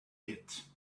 pit